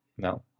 No